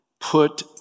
Put